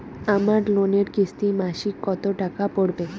আমার লোনের কিস্তি মাসিক কত টাকা পড়বে?